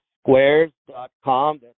squares.com